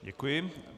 Děkuji.